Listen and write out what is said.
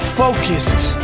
focused